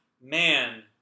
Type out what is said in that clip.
man